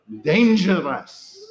dangerous